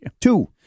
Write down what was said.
Two